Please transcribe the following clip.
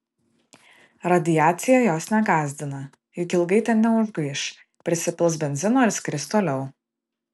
radiacija jos negąsdina juk ilgai ten neužgaiš prisipils benzino ir skris toliau